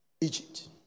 Egypt